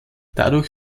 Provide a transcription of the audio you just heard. dadurch